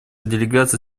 делегация